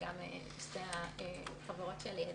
וגם שתי החברות שלידי.